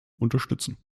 unterstützen